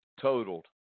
totaled